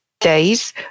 days